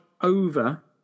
over